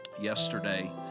yesterday